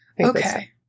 Okay